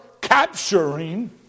capturing